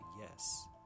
yes